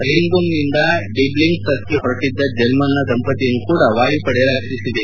ರಿಂಗ್ಡುಂನಿಂದ ಡಿಬ್ಲಿಂಗ್ ಟ್ರಕ್ಕಿಂಗ್ ಹೊರಟಿದ್ದ ಜರ್ಮನ್ನ ದಂಪತಿಯನ್ನು ಕೂಡ ವಾಯುಪಡೆ ರಕ್ಷಿಸಿದೆ